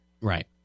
Right